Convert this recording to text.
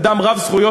אדם רב-זכויות,